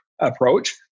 approach